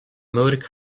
mörk